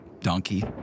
donkey